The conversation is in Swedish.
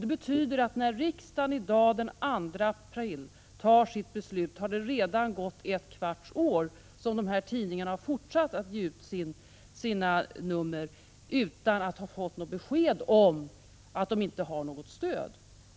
Det betyder att när riksdagen i dag, den 2 april, fattar sitt beslut har de här tidningarna redan under ett kvarts år fortsatt att ge ut sina nummer utan att ha fått besked om att de inte har något stöd.